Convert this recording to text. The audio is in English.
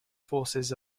forces